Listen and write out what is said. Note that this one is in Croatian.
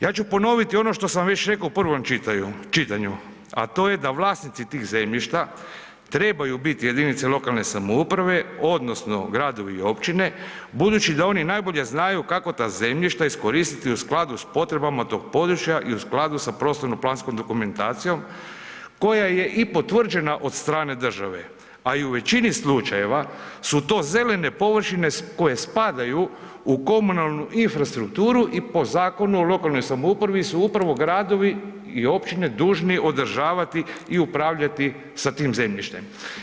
Ja ću ponoviti ono što sam već rekao u prvom čitanju, a to je da vlasnici tih zemljišta trebaju biti jedinice lokalne samouprave odnosno gradovi i općine budući da oni najbolje znaju kako ta zemljišta iskoristiti u skladu sa potrebama tog područja i u skladu sa prostorno-planskom dokumentacijom koja je i potvrđena od strane države, a i u većini slučajeva su to zelene površine koje spadaju u komunalnu infrastrukturu i po Zakonu o lokalnoj samoupravi su upravo gradovi i općine dužni održavati i upravljati sa tim zemljištem.